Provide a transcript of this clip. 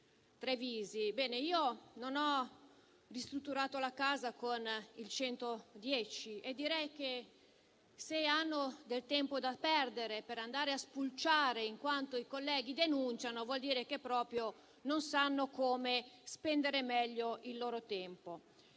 Io non ho ristrutturato la casa con il superbonus 110 per cento e direi che se hanno del tempo da perdere per andare a spulciare quanto i colleghi denunciano, vuol dire che proprio non sanno come spendere meglio il loro tempo.